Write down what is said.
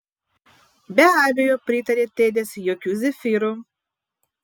be abejo pritarė tedis jokių zefyrų